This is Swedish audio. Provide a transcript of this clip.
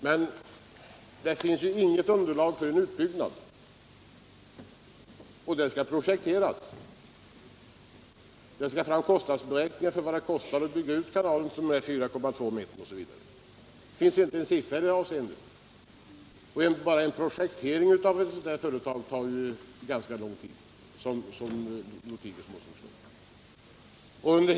Men det finns ju inget underlag för en utbyggnad, och en sådan måste projekteras. Det måste fram beräkningar av vad det kostar att bygga ut kanalen till 4,2 meters djupgående osv. Det finns inte en siffra i det avseendet. Bara projektering av ett sådant här företag tar ganska lång tid, som herr Lothigius måste förstå.